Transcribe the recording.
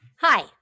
Hi